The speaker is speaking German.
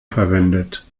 verwendet